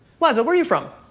liza, where are you from?